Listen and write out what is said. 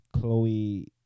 Chloe